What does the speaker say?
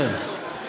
תן.